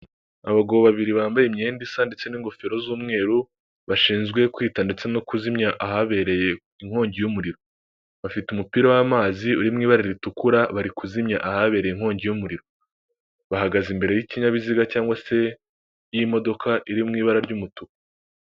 Abagabo babiri bambaye imyenda isa ndetse n'ingofero z'umweru bashinzwe kwita ndetse no kuzimya ahabereye inkongi y'umuriro, bafite umupira w'amazi urimo ibara ritukura, bari kuzimya ahabereye inkongi y'umuriro bahagaze imbere y'ikinyabiziga cyangwa se y'imodoka iri mu ibara ry'umutuku.